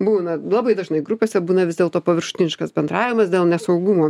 būna labai dažnai grupėse būna vis dėlto paviršutiniškas bendravimas dėl nesaugumo